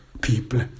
people